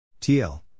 TL